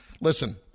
listen